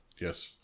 Yes